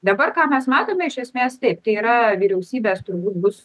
dabar ką mes matome iš esmės taip tai yra vyriausybės turbūt bus